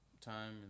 time